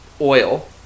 oil